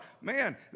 man